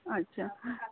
আচ্ছা